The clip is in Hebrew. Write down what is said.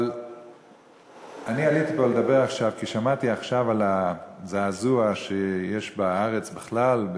אבל אני עליתי לפה לדבר עכשיו כי שמעתי עכשיו על הזעזוע שיש בארץ בכלל,